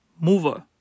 Mover